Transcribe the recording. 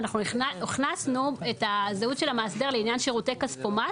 אנחנו הכנסנו את הזהות של המאסדר לעניין שירותי כספומט,